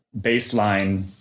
baseline